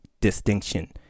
distinction